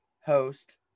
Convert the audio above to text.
host